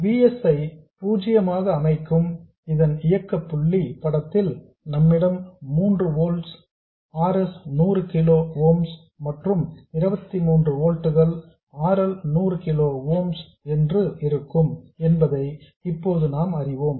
V S ஐ பூஜ்ஜியமாக அமைக்கும் இதன் இயக்க புள்ளி படத்தில் நம்மிடம் 3 volts R S 100 kilo ohms மற்றும் 23 volts R L 100 kilo ohms என்று இருக்கும் என்பதை இப்போது நாம் அறிவோம்